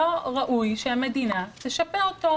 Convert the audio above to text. לא ראוי שהמדינה תשפה אותו.